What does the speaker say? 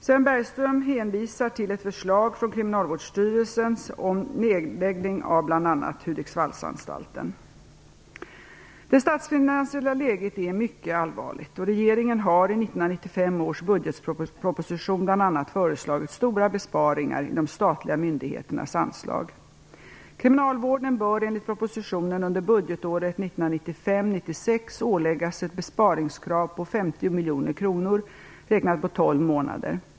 Sven Bergström hänvisar till ett förslag från Kriminalvårdsstyrelsen om nedläggning av bl.a. Hudiksvallsanstalten. Det statsfinansiella läget är mycket allvarligt, och regeringen har i 1995 års budgetproposition bl.a. föreslagit stora besparingar i de statliga myndigheternas anslag. Kriminalvården bör enligt propositionen under budgetåret 1995/96 åläggas ett besparingskrav på 50 miljoner kronor, räknat på tolv månader.